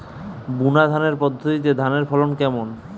বুনাধানের পদ্ধতিতে ধানের ফলন কেমন?